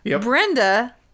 Brenda